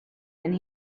and